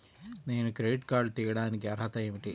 నేను credit card తీయడానికి అర్హత ఏమిటి?